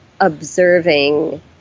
observing